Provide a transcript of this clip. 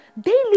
daily